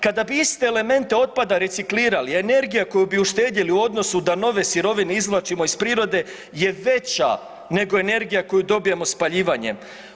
Kada bi iste elemente otpada reciklirali energija koju bi uštedjeli u odnosu da nove sirovine izvlačimo iz prirode je veća nego energija koju dobijemo spaljivanjem.